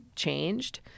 changed